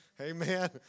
Amen